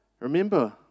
remember